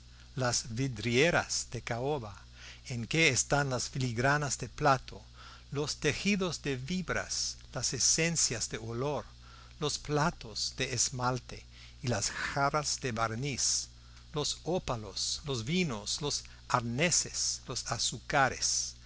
las vidrieras de caoba en que están las filigranas de plata los tejidos de fibras las esencias de olor los platos de esmalte y las jarras de barniz los ópalos los vinos los arneses los azúcares